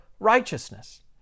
righteousness